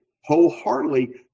wholeheartedly